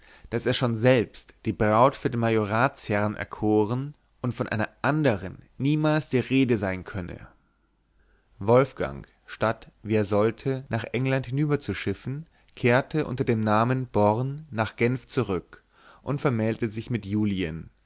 daß er schon selbst die braut für den majoratsherrn erkoren und von einer andern niemals die rede sein könne wolfgang statt wie er sollte nach england hinüberzuschiffen kehrte unter dem namen born nach genf zurück und vermählte sich mit julien